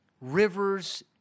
rivers